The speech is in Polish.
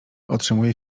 otrzymuje